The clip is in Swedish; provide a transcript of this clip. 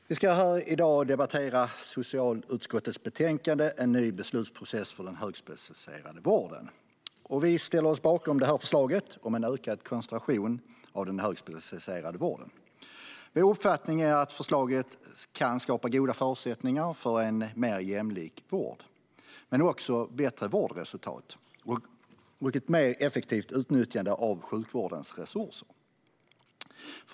Herr talman! Vi debatterar nu socialutskottets betänkande En ny beslutsprocess för den högspecialiserade vården . Vi ställer oss bakom detta förslag om en ökad koncentration av den högspecialiserade vården. Vår uppfattning är att förslaget kan skapa goda förutsättningar för en mer jämlik vård men också bättre vårdresultat och ett mer effektivt utnyttjande av sjukvårdens resurser.